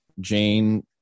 jane